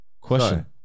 Question